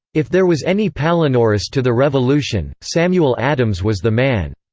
if there was any palinurus to the revolution, samuel adams was the man.